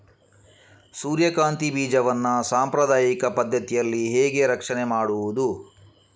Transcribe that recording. ಸೂರ್ಯಕಾಂತಿ ಬೀಜವನ್ನ ಸಾಂಪ್ರದಾಯಿಕ ಪದ್ಧತಿಯಲ್ಲಿ ಹೇಗೆ ರಕ್ಷಣೆ ಮಾಡುವುದು